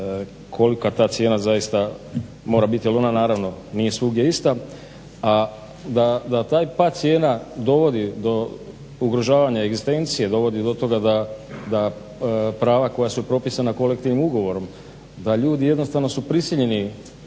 da ljudi jednostavno su prisiljeni